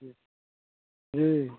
ओ